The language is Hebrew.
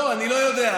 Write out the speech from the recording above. לא, אני לא יודע.